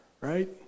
right